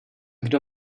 kdo